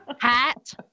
hat